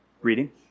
reading